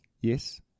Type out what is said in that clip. Yes